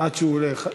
עד שהוא עולה.